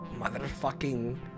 motherfucking